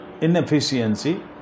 inefficiency